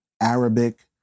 Arabic